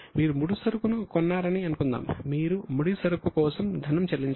మీరు ముడిసరుకును కొన్నారని అనుకుందాం మీరు ముడిసరుకు కోసం ధనం చెల్లించాలి